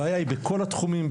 הבעיה היא בכל התחומים,